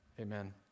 Amen